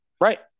Right